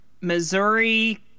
Missouri